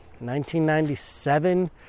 1997